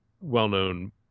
well-known